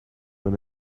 man